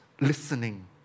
listening